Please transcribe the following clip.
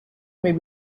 may